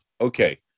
okay